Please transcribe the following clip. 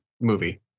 movie